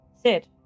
sit